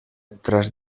tras